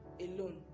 alone